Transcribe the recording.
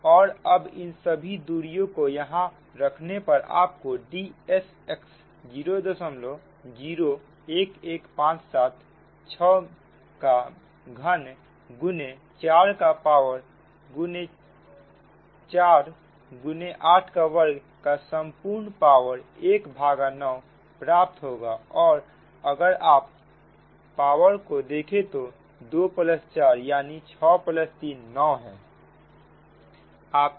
और अब इन सभी दूरी को यहां रखने पर आपको Dsx0011576 का घन गुने 4 का पावर 4 गुने 8 का वर्ग का संपूर्ण पावर 1 भागा 9 प्राप्त होगा और अगर आप पावर को देखें तो 2 4 यानी 6 3 9 है